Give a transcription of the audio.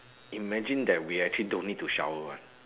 imagine that we actually don't need to shower [one]